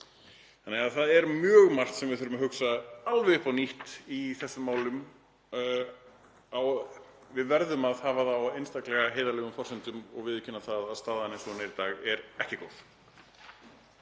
úrgang. Það er mjög margt sem við þurfum að hugsa alveg upp á nýtt í þessum málum. Við verðum að hafa það á einstaklega heiðarlegum forsendum og viðurkenna að staðan eins og hún er í dag er ekki góð.